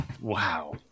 Wow